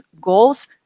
goals